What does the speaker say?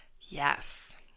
yes